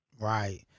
Right